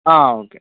ആ ഓക്കെ